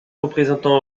représentant